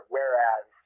Whereas